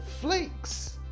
Flakes